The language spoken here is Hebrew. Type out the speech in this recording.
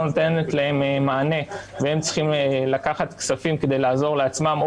נותנת להם מענה והם צריכים לקחת כספים כדי לעזור לעצמם,